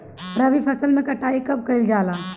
रबी फसल मे कटाई कब कइल जाला?